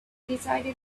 decided